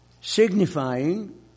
signifying